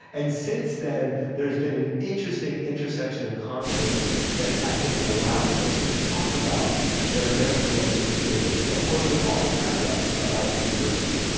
and since then, there's been an interesting intersection and confluence that i think allows us to talk about that american-muslim experience, of course, with all the caveats about its diversity.